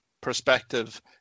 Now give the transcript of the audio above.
perspective